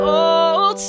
old